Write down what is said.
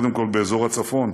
קודם כול באזור הצפון.